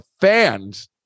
fans